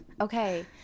okay